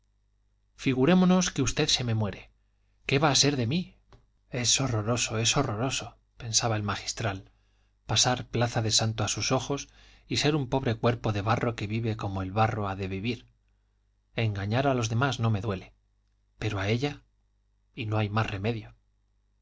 figurémonos que usted se me muere qué va a ser de mí es horroroso es horroroso pensaba el magistral pasar plaza de santo a sus ojos y ser un pobre cuerpo de barro que vive como el barro ha de vivir engañar a los demás no me duele pero a ella y no hay más remedio